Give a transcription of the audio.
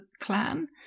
clan